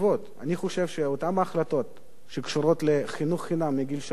אני חושב שאותן ההחלטות שקשורות לחינוך חינם מגיל שלוש,